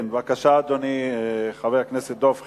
כן, בבקשה, אדוני, חבר הכנסת דב חנין.